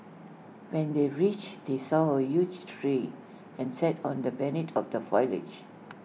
when they reached they saw A huge tree and sat on the beneath of the foliage